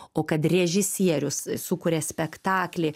o kad režisierius sukuria spektaklį